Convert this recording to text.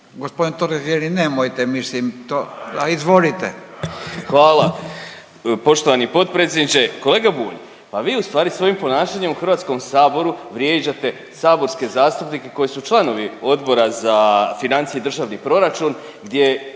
Gospodin Totgergeli nemojte, mislim to. A izvolite. **Totgergeli, Miro (HDZ)** Hvala poštovani potpredsjedniče. Kolega Bulj pa vi u stvari svojim ponašanjem u Hrvatskom saboru vrijeđate saborske zastupnike koji su članovi Odbora za financije i državni proračun gdje